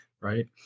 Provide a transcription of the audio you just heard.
right